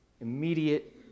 immediate